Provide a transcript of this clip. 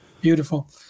Beautiful